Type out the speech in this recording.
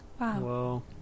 Wow